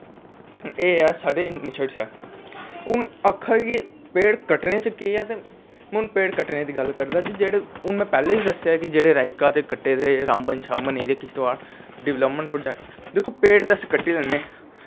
एह् ऐ साढ़े इनिशेटस ऐं हून आक्खां जे पेड़ कट्टनें च केह् ऐ ते हून पेड़ कट्टनें दी गल्ल करगा दे हून में पैह्लैं बी दस्सेआ कि राईका दे कट्टे दे रामबन एरिया च दिक्खो पेड़ ते अस कट्टी लैन्ने